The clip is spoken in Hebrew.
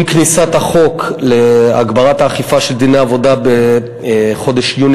כניסתו לתוקף של החוק להגברת האכיפה של דיני עבודה בחודש יוני